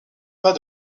pas